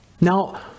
Now